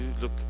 look